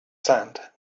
sand